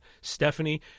Stephanie